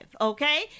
okay